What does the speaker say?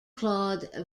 claude